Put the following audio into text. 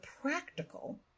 practical